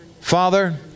Father